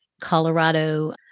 colorado